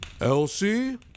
Elsie